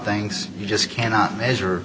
things you just cannot measure